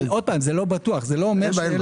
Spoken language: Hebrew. זה לא בטוח, שוב.